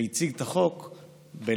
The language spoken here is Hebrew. והציג את החוק בלהט,